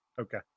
Okay